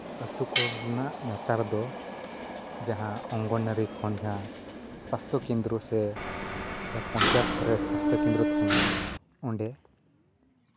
ᱟᱛᱳ ᱠᱚᱨᱮᱱᱟᱜ ᱱᱮᱛᱟᱨ ᱫᱚ ᱡᱟᱦᱟᱸ ᱚᱝᱜᱚᱱᱣᱟᱨᱤ ᱠᱷᱚᱱ ᱥᱟᱥᱛᱚ ᱠᱮᱱᱫᱨᱚ ᱥᱮ ᱡᱟᱦᱟᱸ ᱯᱚᱧᱪᱟᱭᱮᱛ ᱨᱮ ᱥᱟᱥᱛᱚᱚ ᱠᱮᱱᱫᱨᱚ ᱛᱟᱦᱮᱱᱟ ᱚᱸᱰᱮ